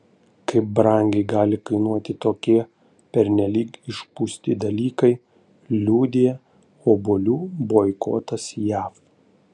kaip brangiai gali kainuoti tokie pernelyg išpūsti dalykai liudija obuolių boikotas jav